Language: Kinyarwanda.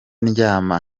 ndyama